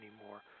anymore